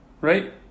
right